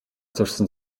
зорьсон